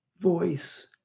voice